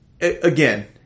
again